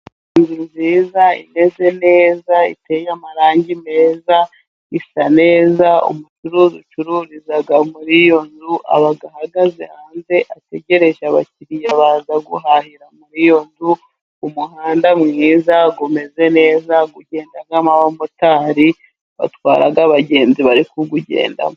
Inzu nziza imeze neza iteye amarangi meza isa neza umucuruzi ucururiza muri iyo nzu aba ahagaze hanze ategereje abakiriya baza guhahira muri iyo nzu, umuhanda mwiza umeze neza ugendamo abamotari batwara abagenzi bari kuwugendamo.